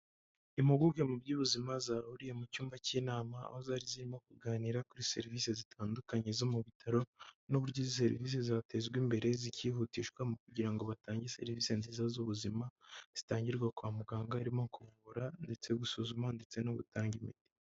Impuguke mu by'ubuzima zahuriye mu cyumba k'inama, aho zari zirimo kuganira kuri serivisi zitandukanye zo mu bitaro n'uburyo izi serivisi zatezwa imbere zikihutishwa, mu kugira ngo batange serivisi nziza z'ubuzima zitangirwa kwa muganga, harimo kuvura ndetse gusuzuma ndetse no gutanga imiti.